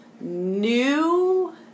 new